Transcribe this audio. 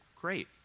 Great